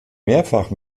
mehrfach